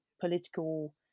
political